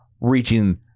reaching